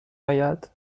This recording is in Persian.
آید